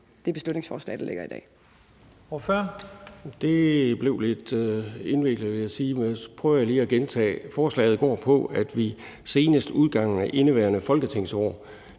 det beslutningsforslag, der ligger her i dag.